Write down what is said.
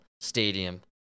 stadium